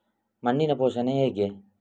ಮಣ್ಣಿನ ಪೋಷಣೆ ಹೇಗೆ?